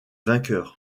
vainqueurs